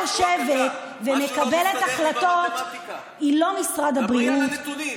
כשממשלה יושבת ומקבלת החלטות היא לא משרד הבריאות,